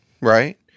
right